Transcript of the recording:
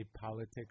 politics